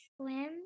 swim